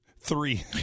Three